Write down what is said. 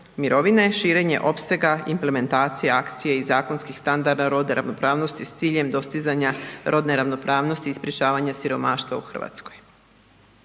mirovine, širenje opsega implementacije, akcije i zakonskih standarda rodne ravnopravnosti s ciljem dostizanja rodne ravnopravnosti i sprečavanje siromaštva u Hrvatskoj.